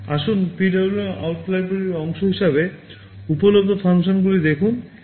আসুন PwmOut লাইব্রেরির অংশ হিসাবে উপলব্ধ ফাংশনগুলি দেখুন